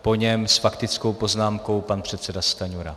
Po něm s faktickou poznámkou pan předseda Stanjura.